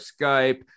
Skype